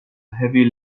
heavy